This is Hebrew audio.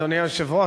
אדוני היושב-ראש,